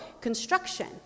construction